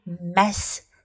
mess